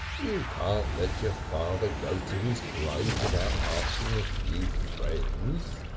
you can't let your father go to his grave without asking a few friends.